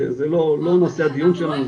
זה לא נושא הדיון שלנו.